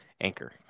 Anchor